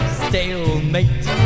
stalemate